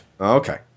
Okay